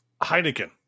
Heineken